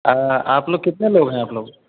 آ آپ لوگ کتنے لوگ ہیں آپ لوگ